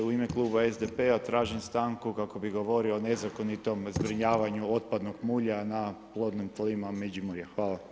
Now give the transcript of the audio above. U ime kluba SDP-a tražim stanku kako bi govorio o nezakonitom zbrinjavanju otpadnog mulja na plodnim tlima Međimurja.